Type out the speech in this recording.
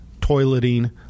toileting